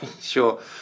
sure